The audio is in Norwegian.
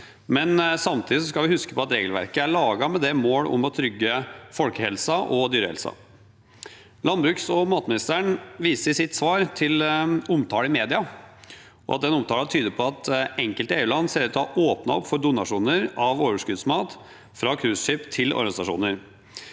men samtidig skal vi huske på at regelverket er lagd med mål om å trygge folkehelsen og dyrehelsen. Landbruks- og matministeren viser i sitt svar til omtale i media, og at den omtalen tyder på at enkelte EU-land ser ut til å ha åpnet for donasjoner av overskuddsmat fra cruiseskip til organisasjoner.